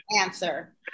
answer